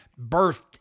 birthed